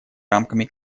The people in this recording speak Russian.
рамками